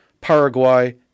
Paraguay